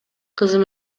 кызым